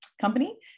company